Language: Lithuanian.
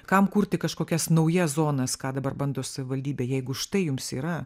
kam kurti kažkokias naujas zonas ką dabar bando savivaldybė jeigu štai jums yra